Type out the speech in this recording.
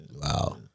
Wow